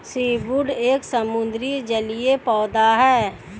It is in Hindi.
सीवूड एक समुद्री जलीय पौधा है